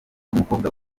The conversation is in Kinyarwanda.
n’umukobwa